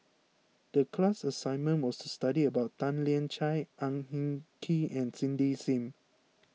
the class assignment was to study about Tan Lian Chye Ang Hin Kee and Cindy Sim